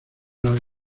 los